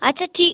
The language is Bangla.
আচ্ছা ঠি